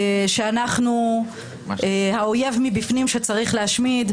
שאנחנו האויב מבפנים שצריך להשמיד,